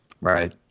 right